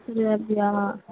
இல்லை அப்படியா